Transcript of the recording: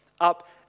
up